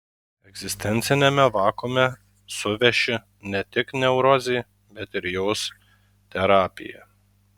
egzistenciniame vakuume suveši ne tik neurozė bet ir jos terapija